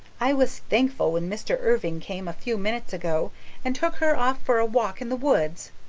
i was thankful when mr. irving came a few minutes ago and took her off for a walk in the woods.